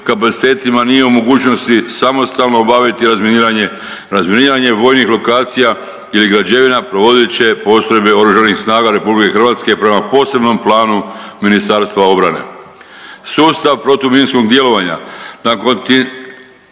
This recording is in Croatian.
nije u mogućnosti samostalno obaviti razminiranje, razminiranje vojnih lokacija ili građevina .../Govornik se ne razumije. postrojbe Oružanih snaga RH prema posebnom planu Ministarstva obrane. Sustav protuminskog djelovanja na kontaminiranim